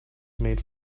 made